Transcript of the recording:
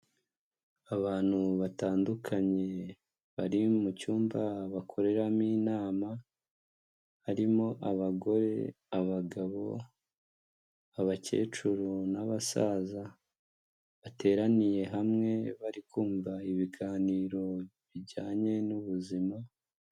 Abantu batandukanye bari mu cyumba bakoreramo inama, harimo abagore, abagabo, abakecuru n'abasaza, bateraniye hamwe bari kumva ibiganiro bijyanye n'ubuzima.